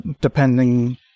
depending